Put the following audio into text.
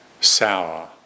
sour